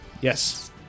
Yes